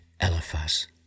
Eliphaz